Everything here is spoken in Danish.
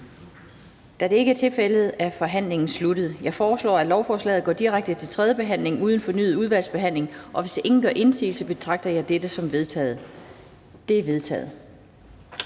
Da det ikke er tilfældet, er forhandlingen sluttet. Jeg foreslår, at lovforslaget går direkte til tredje behandling uden fornyet udvalgsbehandling. Hvis ingen gør indsigelse, betragter jeg dette som vedtaget. Det er vedtaget.